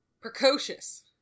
Precocious